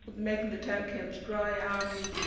but making the town camps dry, ah um